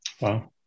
Wow